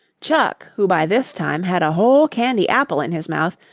chuck, who by this time had a whole candy apple in his mouth,